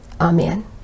Amen